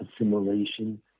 assimilation